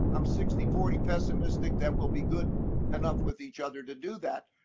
i'm sixty forty pessimistic that we'll be good enough with each other to do that.